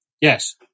yes